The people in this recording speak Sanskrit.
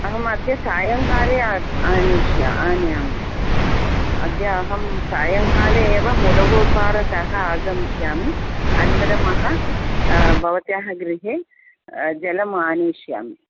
अहम् अद्य सायङ्काले आ आनीय आनयामि अद्य अहं सायङ्काले एव मुडगूर्पारतः आगमिष्यामि अनन्तरं भवत्याः गृहे जलम् आनयिष्यामि